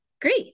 great